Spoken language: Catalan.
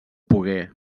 pogué